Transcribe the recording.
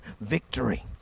victory